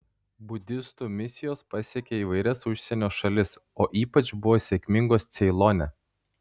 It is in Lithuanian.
budistų misijos pasiekė įvairias užsienio šalis o ypač buvo sėkmingos ceilone